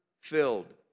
filled